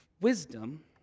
Wisdom